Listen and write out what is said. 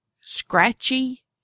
scratchy